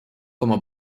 como